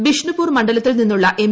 ബിഷ്ണുപൂർ മണ്ഡലത്തിൽ നിന്നുള്ള എം